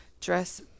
dress